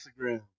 Instagram